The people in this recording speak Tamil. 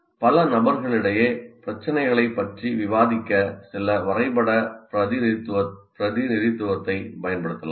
பல நபர்களிடையே பிரச்சினைகளைப் பற்றி விவாதிக்க சில வரைபட பிரதிநிதித்துவத்தைப் பயன்படுத்தலாம்